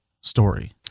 story